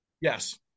Yes